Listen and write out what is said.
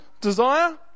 desire